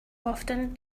often